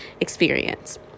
experience